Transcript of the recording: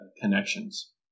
connections